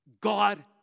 God